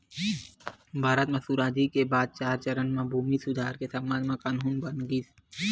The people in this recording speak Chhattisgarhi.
भारत म सुराजी के बाद चार चरन म भूमि सुधार के संबंध म कान्हून बनाए गिस